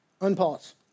Unpause